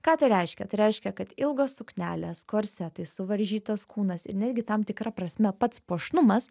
ką tai reiškia tai reiškia kad ilgos suknelės korsetai suvaržytas kūnas ir netgi tam tikra prasme pats puošnumas